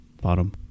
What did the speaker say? Bottom